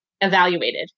evaluated